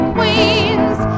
Queens